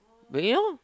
bring it on